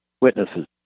witnesses